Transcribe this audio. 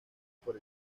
por